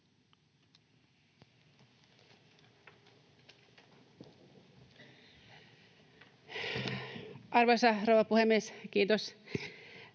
Arvoisa rouva puhemies, kiitos!